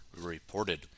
reported